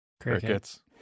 Crickets